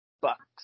Bucks